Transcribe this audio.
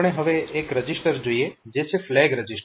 આપણે હવે એક રજીસ્ટર જોઈએ જે છે ફ્લેગ રજીસ્ટર